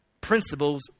principles